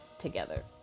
together